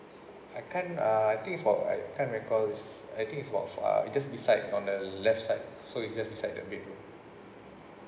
I can't uh I think it's about I can't recall it's I think it's about uh it's just beside on the left side so it just beside the bedroom